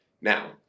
now